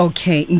Okay